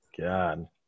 God